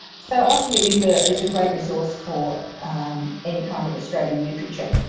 so auslit is ah is a great resource for any kind of australian literature.